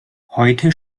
heute